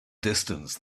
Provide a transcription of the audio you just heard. distance